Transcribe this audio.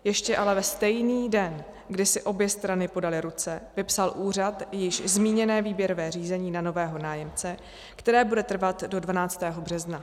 Ještě ale ve stejný den, kdy si obě strany podaly ruce, vypsal úřad již zmíněné výběrové řízení na nového nájemce, které bude trvat do 12. března.